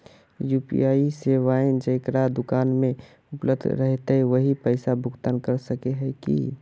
UPI सेवाएं जेकरा दुकान में उपलब्ध रहते वही पैसा भुगतान कर सके है की?